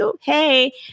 Hey